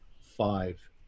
Five